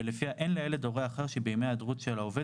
ולפיה אין לילד הורה אחר שבימי היעדרותו של העובד